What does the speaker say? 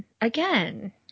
Again